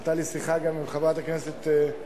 והיתה לי שיחה גם עם חברת הכנסת רונית